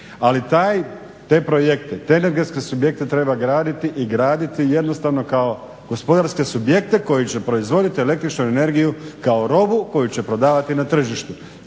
Ali te projekte te energetske subjekte treba graditi i graditi jednostavno kao gospodarske subjekte koji će proizvoditi električnu energiju kao robu koju će prodavati na tržištu.